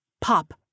Pop